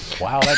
Wow